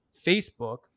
Facebook